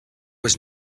was